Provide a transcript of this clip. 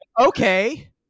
Okay